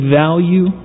value